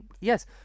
Yes